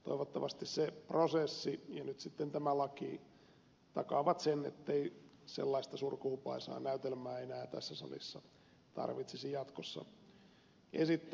toivottavasti se prosessi ja nyt sitten tämä laki takaavat sen ettei sellaista surkuhupaisaa näytelmää enää tässä salissa tarvitsisi jatkossa esittää